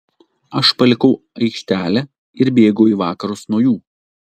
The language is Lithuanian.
aš palikau aikštelę ir bėgau į vakarus nuo jų